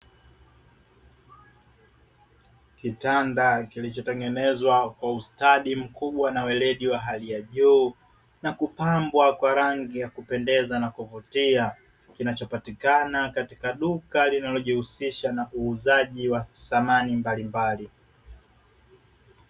Kitanda kilichotengenezwa kwa ustadi mkubwa na ueledi wa juu, na kupambwa kwa rangi ya kupendeza na kuvutia, kinachopatikana katika duka linalojihusisha na uuzaji wa samani mbalimbali.